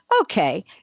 Okay